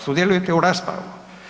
Sudjelujete u raspravi.